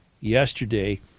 yesterday